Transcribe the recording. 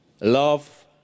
love